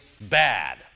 bad